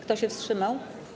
Kto się wstrzymał?